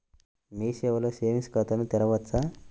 మీ సేవలో సేవింగ్స్ ఖాతాను తెరవవచ్చా?